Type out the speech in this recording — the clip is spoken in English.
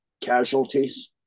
casualties